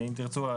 אם תרצו,